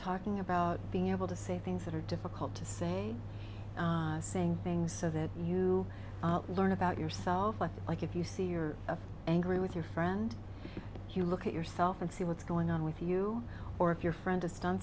talking about being able to say things that are difficult to say saying things so that you learn about yourself like if you see you're angry with your friend you look at yourself and see what's going on with you or if your friend